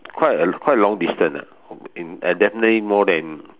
quite a quite long distance ah in definitely more than